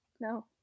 No